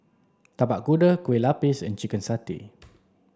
tapak kuda kueh lapis and chicken satay